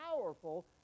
powerful